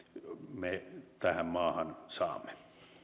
me tähän maahan saamme